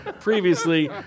previously